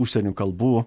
užsienio kalbų